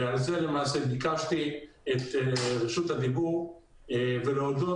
ועל זה למעשה ביקשתי את רשות הדיבור ולהודות.